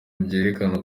byerekana